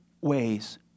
ways